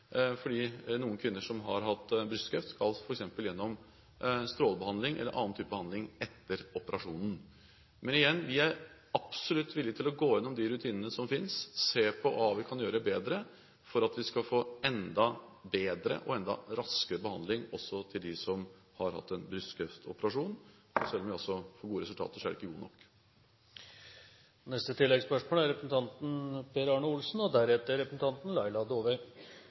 fordi noen kvinner som har hatt brystkreft, f.eks. skal gjennom strålebehandling eller en annen type behandling etter operasjonen. Igjen: Vi er absolutt villige til å gå igjennom de rutinene som finnes, se på hva vi kan gjøre for å få en enda bedre og enda raskere behandling også for dem som har hatt en brystkreftoperasjon, for selv om vi får gode resultater, er de ikke gode nok.